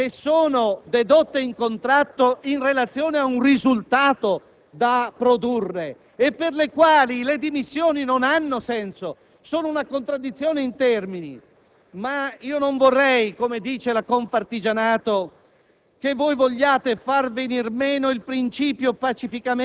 anche a forme di lavoro autonomo, anche a quelle prestazioni che sono dedotte in contratto in relazione ad un risultato da produrre e per le quali le dimissioni non hanno senso e rappresentano una contraddizione in termini.